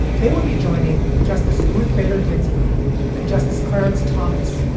they would be joining. justice ruth bader ginsburg and justice clarence thomas,